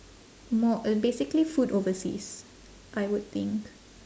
more uh basically food overseas I would think